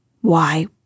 Why